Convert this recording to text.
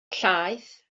llaeth